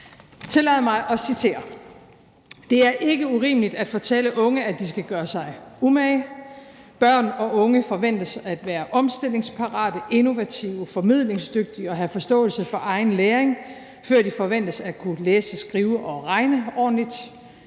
det er urimeligt at fortælle unge, at de skal gøre sig umage.« »De skal være omstillingsparate og innovative og formidlingsdygtige og have forståelse for egen læring, før de forventes at kunne læse og skrive og regne ordentligt.«